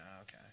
okay